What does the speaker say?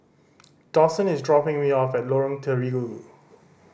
Dawson is dropping me off at Lorong Terigu